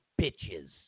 bitches